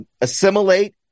assimilate